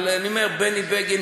אבל אני אומר: בני בגין,